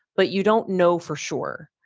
but you don't know for sure.